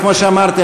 וכמו שאמרתי,